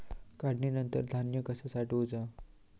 काढणीनंतर धान्य कसा साठवुचा?